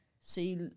see